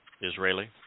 Israeli